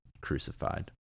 crucified